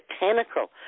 Botanical